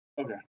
Okay